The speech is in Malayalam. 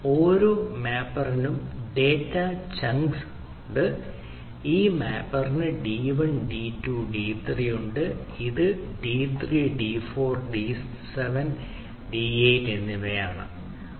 ഓരോ മാപ്പറിനും ഡാറ്റാചങ്കുകൾ ഉണ്ട് ഈ മാപ്പറിന് ഡി 1 ഡി 2 ഡി 3 ഉണ്ട് ഇത് ഡി 4 ഡി 7 ഡി 8 തുടങ്ങിയവയാണ് അത്